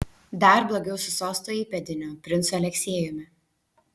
dar blogiau su sosto įpėdiniu princu aleksiejumi